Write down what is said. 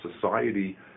society